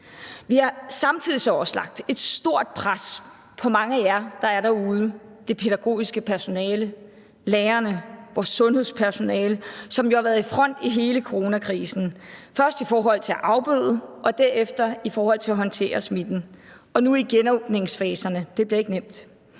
Vi har samtidig så også lagt et stort pres på mange af jer, der er derude: det pædagogiske personale, lærerne og vores sundhedspersonale, som jo har været i front i hele coronakrisen – først i forhold til at afbøde og derefter i forhold til at håndtere smitten og nu også i forhold til genåbningsfaserne. Det bliver ikke nemt.